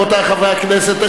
רבותי חברי הכנסת,